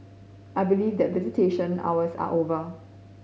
I believe that visitation hours are over